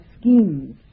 schemes